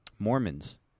Mormons